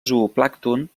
zooplàncton